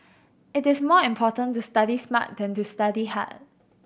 it is more important to study smart than to study hard